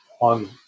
on